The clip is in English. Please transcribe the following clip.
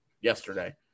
yesterday